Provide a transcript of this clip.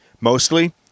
Mostly